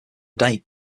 date